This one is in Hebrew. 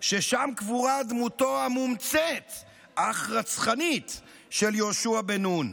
ששם קבורה דמותו המומצאת אך רצחנית של יהושע בן נון.